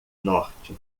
norte